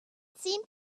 seemed